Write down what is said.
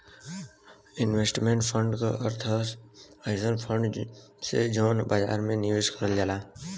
investment fund क अर्थ एक अइसन फण्ड से हउवे जौन बाजार में निवेश करल जाला